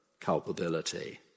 culpability